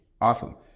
Awesome